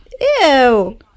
Ew